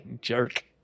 Jerk